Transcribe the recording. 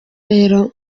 rero